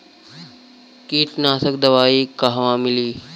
कीटनाशक दवाई कहवा मिली?